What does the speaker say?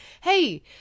Hey